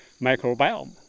microbiome